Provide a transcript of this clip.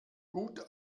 gut